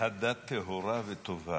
הדת טהורה וטובה,